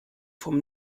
vom